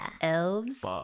Elves